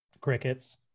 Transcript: Crickets